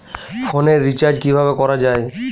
ফোনের রিচার্জ কিভাবে করা যায়?